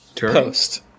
Post